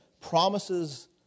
promises